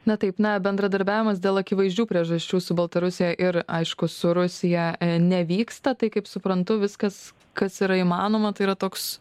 na taip na bendradarbiavimas dėl akivaizdžių priežasčių su baltarusija ir aišku su rusija nevyksta tai kaip suprantu viskas kas yra įmanoma tai yra toks